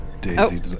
Daisy